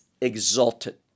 exalted